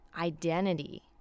identity